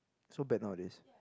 so bad nowadays